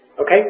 Okay